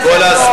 אולי זה יעזור.